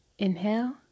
Inhale